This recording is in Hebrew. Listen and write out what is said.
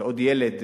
זה עוד ילד.